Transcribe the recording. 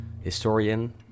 historian